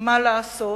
מה לעשות,